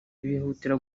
bihutira